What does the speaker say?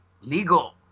legal